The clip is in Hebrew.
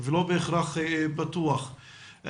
ולא בהכרח מרחבים פתוחים,